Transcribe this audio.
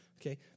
Okay